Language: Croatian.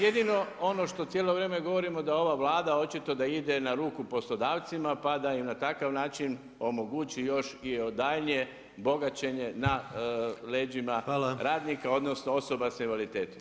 Jedino ono što cijelo vrijeme govorimo da ova Vlada očito da ide na ruku poslodavcima, pa da im na takav način omogući još i daljnje bogaćenje na leđima radnika, odnosno, osoba s invaliditetom.